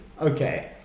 Okay